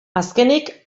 azkenik